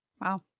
Wow